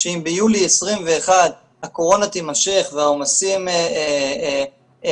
שאם ביולי 21' הקורונה תימשך והעומסים הרגילים